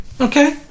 Okay